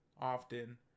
often